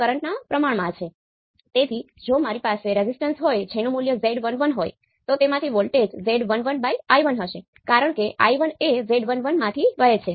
કારણ કે જેમ જેમ A0 નું મૂલ્ય ∞ તરફ જવાનું વલણ ધરાવે છે ત્યારે અહીં આ પદ 0 પર જાય છે અને kA0 પણ 0 પર જાય છે